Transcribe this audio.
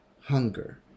hunger